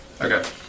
Okay